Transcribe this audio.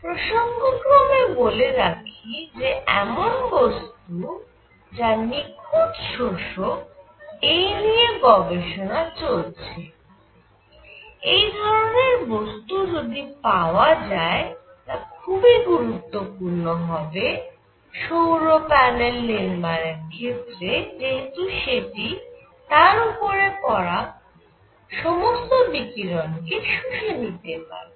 প্রসঙ্গক্রমে বলে রাখি যে এমন বস্তু যা নিখুঁত শোষক এই নিয়ে গবেষণা চলছে এই ধরণের বস্তু যদি পাওয়া যায় তা খুবই গুরুত্বপূর্ণ হবে সৌর প্যানেল নির্মাণের ক্ষেত্রে যেহেতু সেটি তার উপরে পড়া সমস্ত বিকিরণ কে শুষে নিতে পারবে